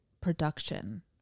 production